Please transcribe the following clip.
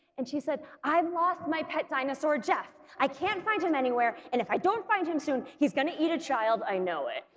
and she said i've lost my pet dinosaur jeff i can't find him anywhere and if i don't find him soon he's gonna eat a child i know it.